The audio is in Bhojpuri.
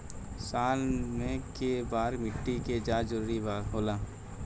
साल में केय बार मिट्टी के जाँच जरूरी होला?